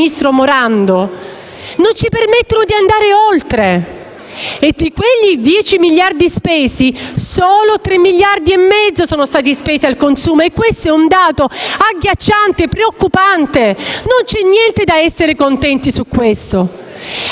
ministro Morando. Non ci permette di andare oltre e di quei 10 miliardi spesi solo 3,5 miliardi sono stati spesi al consumo e questo è un dato agghiacciante, preoccupante: non c'è niente di cui essere contenti rispetto